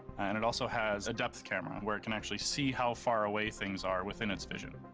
and it also has a depth camera where it can actually see how far away things are within its vision,